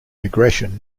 aggression